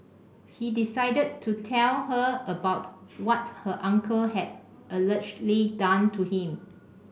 he decided to tell her about what her uncle had allegedly done to him